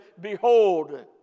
Behold